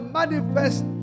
manifest